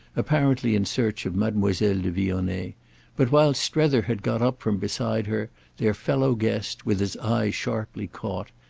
apparently in search of mademoiselle de vionnet, but while strether had got up from beside her their fellow guest, with his eye sharply caught,